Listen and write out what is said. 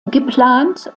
geplant